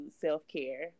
self-care